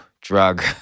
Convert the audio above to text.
drug